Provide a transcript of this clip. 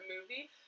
movie